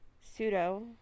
pseudo